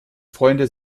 freunde